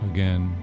Again